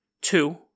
Two